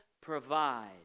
Provide